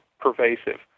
pervasive